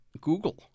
Google